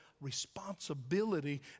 responsibility